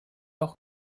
auch